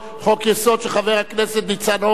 חוק-יסוד של חבר הכנסת ניצן הורוביץ,